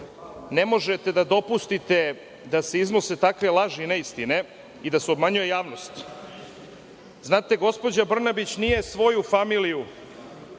ne možete da dopustite da se iznose takve laži i neistine i da se obmanjuje javnost. Znate, gospođa Brnabić nije svoju familiju,